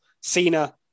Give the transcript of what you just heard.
Cena